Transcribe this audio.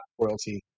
royalty